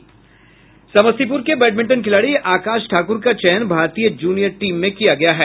समस्तीपुर के बैडमिंटन खिलाड़ी आकाश ठाकुर का चयन भारतीय जूनियर टीम में किया गया है